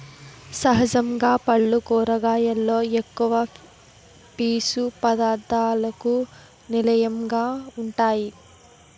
సహజంగా పల్లు కూరగాయలలో ఎక్కువ పీసు పధార్ధాలకు నిలయంగా వుంటాయి